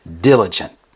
diligent